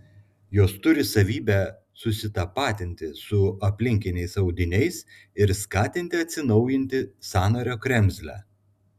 jos turi savybę susitapatinti su aplinkiniais audiniais ir skatinti atsinaujinti sąnario kremzlę